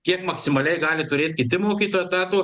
kiek maksimaliai gali turėt kiti mokytojai etato